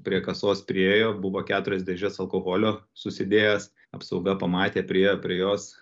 prie kasos priėjo buvo keturias dėžes alkoholio susidėjęs apsauga pamatė priėjo prie jos